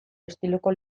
estiloko